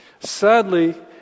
Sadly